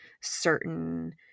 certain